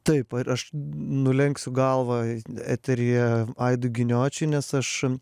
taip ir aš nulenksiu galvą eteryje aidui giniočiui nes aš